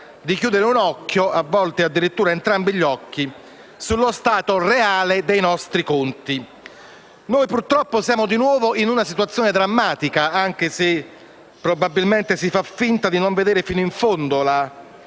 a chiudere un occhio, a volte addirittura entrambi gli occhi, sullo stato reale dei nostri conti. Noi purtroppo siamo di nuovo in una situazione drammatica, anche se probabilmente si fa finta di non vedere fino in fondo la